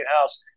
House